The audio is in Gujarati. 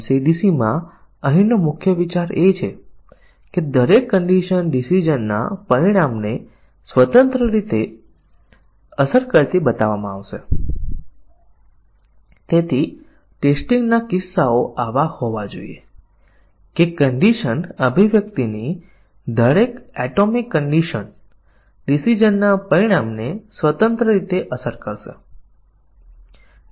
કમનસીબે જ્યારે ઘટક શરતની સંખ્યા મોટી હોય ત્યારે ઘણા ટેસ્ટ કેસ ની જરૂર પડે છે અને આવી અભિવ્યક્તિ ઘણા પ્રોગ્રામ માં હોય છે દાખલા તરીકે એમ્બેડેડ નિયંત્રણ એપ્લિકેશનમાં આપણી પાસે 20 અથવા 25 ચલો શામેલ શરતી અભિવ્યક્તિ હોઈ શકે છે અને તે કિસ્સામાં આપણને 220 પરીક્ષણના કેસોની જરૂર છે તેથી આપણે તે સ્થિતિને કેવી રીતે નિયંત્રિત કરી શકીએ